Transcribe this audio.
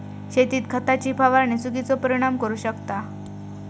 शेतीत खताची फवारणी चुकिचो परिणाम करू शकता